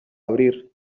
abrir